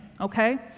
okay